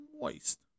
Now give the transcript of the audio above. Moist